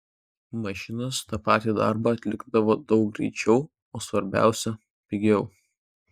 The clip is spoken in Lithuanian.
mašinos tą patį darbą atlikdavo daug greičiau o svarbiausia pigiau